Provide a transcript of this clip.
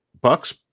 Buck's